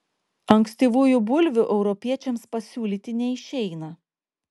ankstyvųjų bulvių europiečiams pasiūlyti neišeina